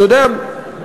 אתה יודע,